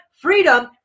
freedom